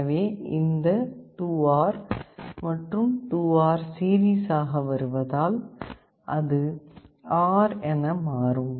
எனவே மீண்டும் இந்த 2 Rமற்றும் 2 R சீரிஸ் ஆக வருவதால் அது R என மாறும்